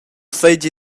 seigi